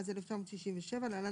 התשכ”ז 1967 (להלן,